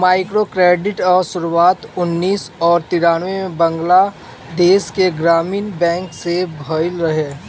microcredit कअ शुरुआत उन्नीस और तिरानबे में बंगलादेश के ग्रामीण बैंक से भयल रहे